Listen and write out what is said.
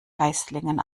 geislingen